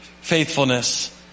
Faithfulness